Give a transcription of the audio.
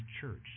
church